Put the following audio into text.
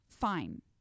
fine